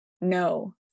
No